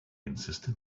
insisted